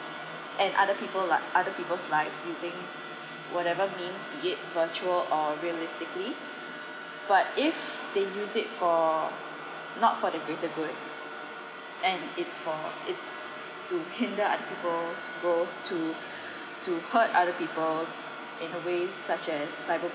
and other people like other people's lives using whatever means be it virtual or realistically but if they use it for not for the greater good and it's for it's to hinder other people's growth to to hurt other people in the ways such as cyber